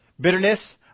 Bitterness